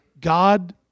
God